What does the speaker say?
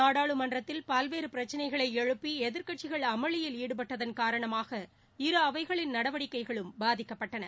நாடாளுமன்றத்தில் பல்வேறு பிரச்சினைகளை எழுப்பி எதிர்க்கட்சிக்ள அமளியில் ஈடுபட்டதன் காரணமாக இரு அவைகளின் நடவடிக்கைகளும் பாதிக்கப்பட்டன